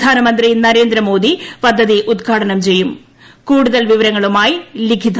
പ്രധാനമന്ത്രി നരേന്ദ്രമോദി പദ്ധതി ഉദ്ഘാടനം ചെയ്യും കൂടുതൽ വിവരങ്ങളുമായി ലിഖിത